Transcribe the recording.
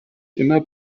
immer